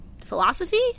philosophy